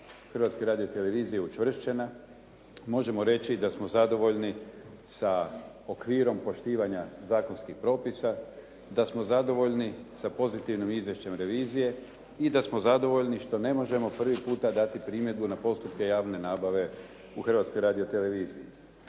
Hrvatske radiotelevizije učvršćena, možemo reći da smo zadovoljni sa okvirom poštivanja zakonskih propisa, da smo zadovoljni sa pozitivnim izvješćem revizije i da smo zadovoljni što ne možemo prvi puta dati primjedbu na postupke javne nabave u Hrvatskoj radioteleviziji.